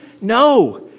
No